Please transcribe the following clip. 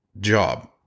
job